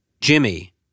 Jimmy